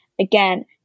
again